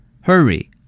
Hurry